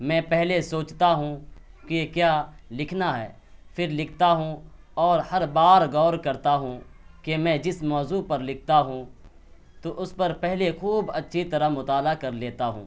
میں پہلے سوچتا ہوں کہ کیا لکھنا ہے پھر لکھتا ہوں اور ہر بار غور کرتا ہوں کہ میں جس موضوع پر لکھتا ہوں تو اس پر پہلے خوب اچھی طرح مطالعہ کر لیتا ہوں